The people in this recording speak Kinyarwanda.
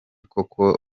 koko